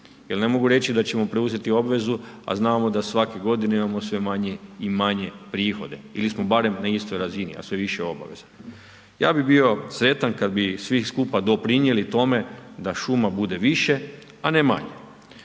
jer ne mogu reći da ćemo preuzeti obvezu a znamo da svake godine imamo manje i manje prihode ili smo barem na istoj razini a sve više obaveza. Ja bi bio sretan kad bi svi skupa doprinijeli tome da šuma bude više a ne manje.